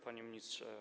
Panie Ministrze!